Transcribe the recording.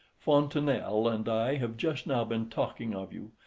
fontenelle and i have just now been talking of you,